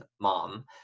mom